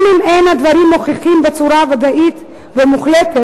גם אם אין הדברים מוכחים בצורה ודאית ומוחלטת,